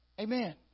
Amen